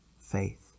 faith